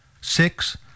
six